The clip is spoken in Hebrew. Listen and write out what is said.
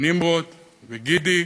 נמרוד וגידי,